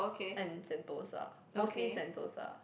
and sentosa mostly sentosa